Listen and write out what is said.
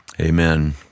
Amen